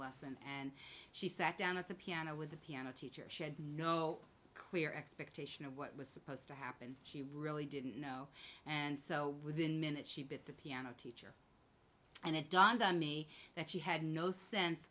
lesson and she sat down at the piano with the piano teacher she had no clear expectation of what was supposed to happen she really didn't know and so within minutes she bit the piano teacher and it dawned on me that she had no sense